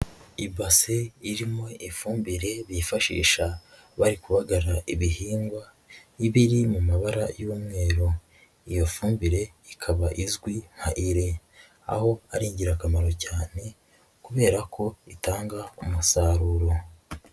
Ibase irimo ifumbire bifashisha bari kubagara ibihingwa, iba iri mu mabara y'umweru. Iyo fumbire ikaba izwi nka Ire, aho ari ingirakamaro cyane kubera ko itanga umusaruro.